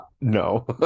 No